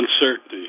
uncertainty